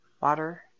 Water